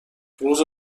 روز